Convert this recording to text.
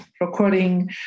recording